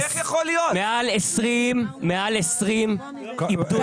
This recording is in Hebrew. מעל 20 איבדו את חייהם.